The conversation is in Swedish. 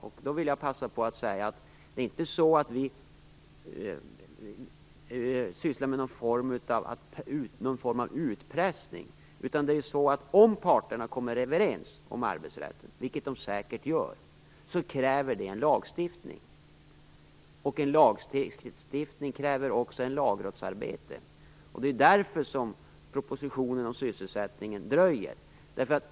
Jag vill ändå passa på att säga att vi inte sysslar med någon form av utpressning. Om parterna kommer överens om arbetsrätten, vilket de säkert gör, kräver det en lagstiftning. En lagstiftning kräver ett lagrådsarbete. Det är därför som sysselsättningspropositionen dröjer.